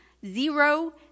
zero